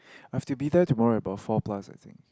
I have to be there tomorrow at about four plus I think